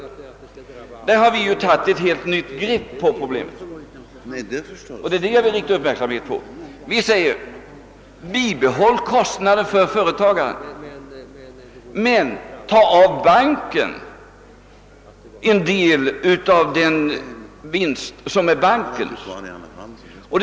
I det fallet har vi ju tagit ett helt nytt grepp om problemet, vilket jag vill rikta uppmärksamheten på. Vi säger: Bibehåll kostnaden för företagarna men tag av banken en del av den vinst som är bankens.